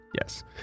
Yes